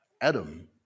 Adam